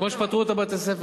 כמו שפטרו את בתי-הספר,